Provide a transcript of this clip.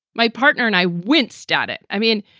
my partner and i went state it. i mean,